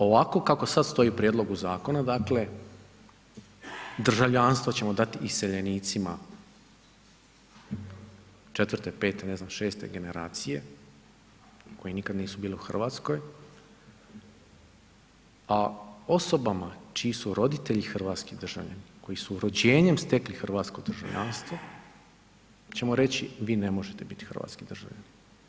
Ovako kako sad stoji u prijedlogu zakona, dakle, državljanstvo ćemo dat iseljenicima četvrte, pete, ne znam šeste generacije, koji nikad nisu bili u RH, a osobama čiji su roditelji hrvatski državljani koji su rođenjem stekli hrvatsko državljanstvo ćemo reći vi ne možete biti hrvatski državljani.